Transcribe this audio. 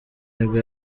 nibwo